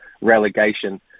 relegation